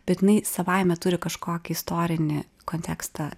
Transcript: bet jinai savaime turi kažkokį istorinį kontekstą